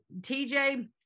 TJ